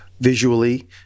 visually